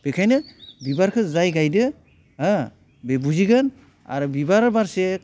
बेखायनो बिबारखौ जाय गायदो हो बे बुजिगोन आरो बिबारा बारसे